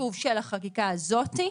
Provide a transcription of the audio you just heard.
שוב של החקיקה הזאת,